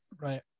Right